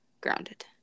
grounded